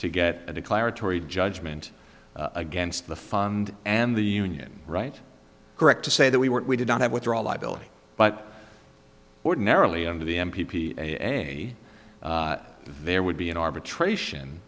to get a declaratory judgment against the fund and the union right correct to say that we weren't we did not have withdraw liability but ordinarily under the m p p a there would be an arbitration